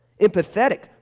empathetic